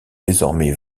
désormais